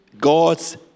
God's